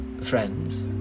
friends